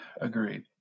Agreed